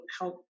help